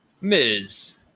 Ms